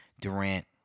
Durant